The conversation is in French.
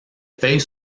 feuilles